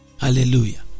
Hallelujah